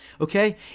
okay